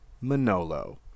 Manolo